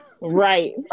right